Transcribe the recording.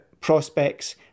prospects